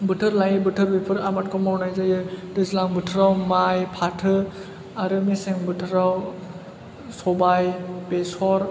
बोथोर लायै बोथोर बेफोर आबादखौ मावनाय जायो दैज्लां बोथोराव माइ फाथो आरो मेसें बोथोराव सबाइ बेसर